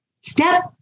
step